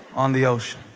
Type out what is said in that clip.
on the ocean